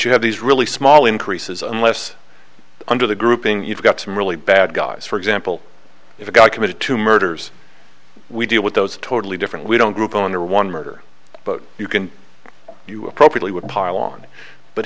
you have these really small increases unless under the grouping you've got some really bad guys for example if a guy committed to murders we deal with those totally different we don't group on the one murder you can you appropriately would pile on but